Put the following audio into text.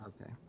Okay